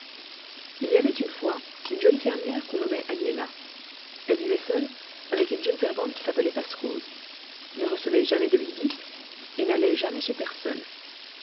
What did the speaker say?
il y avait une fois une jolie fermière qu'on nommait agnella elle vivait seule avec une jeune servante qui s'appelait passerose ne recevait jamais de visites et n'allait jamais chez personne